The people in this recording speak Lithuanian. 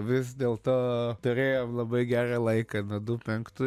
vis dėlto turėjom labai gerą laiką nuo du penktų